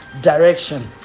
direction